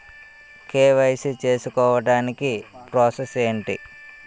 KYC చేసుకోవటానికి process ఏంటి?